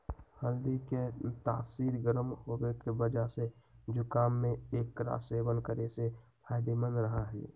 हल्दीया के तासीर गर्म होवे के वजह से जुकाम में एकरा सेवन करे से फायदेमंद रहा हई